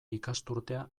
ikasturtea